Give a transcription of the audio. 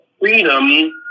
freedom